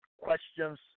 questions